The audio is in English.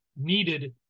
needed